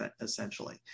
essentially